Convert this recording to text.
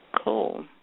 Cool